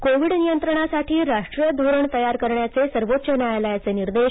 Covid नियंत्रणासाठी राष्ट्रीय धोरण तयार करण्याचे सर्वोच्च न्यायालयाचे निर्देश